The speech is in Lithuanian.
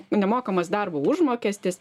nemokamas darbo užmokestis